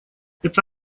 это